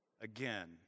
again